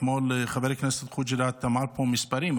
אתמול חבר הכנסת חוג'יראת אמר פה מספרים,